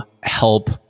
help